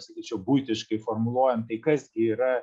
sakyčiau buitiškai formuluojant tai kas gi yra